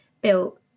built